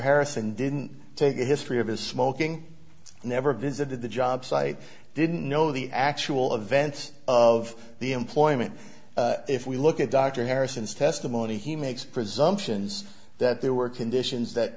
harrison didn't take the history of his smoking never visited the job site didn't know the actual events of the employment if we look at dr harrison's testimony he makes presumptions that there were conditions that